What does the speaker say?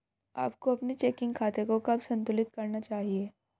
आपको अपने चेकिंग खाते को कब संतुलित करना चाहिए?